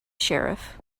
sheriff